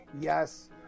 yes